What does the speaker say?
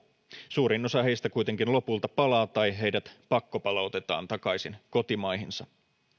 suurin osa heistä kuitenkin lopulta palaa tai heidät pakkopalautetaan takaisin kotimaihinsa